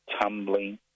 tumbling